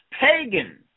pagan